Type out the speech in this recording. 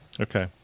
Okay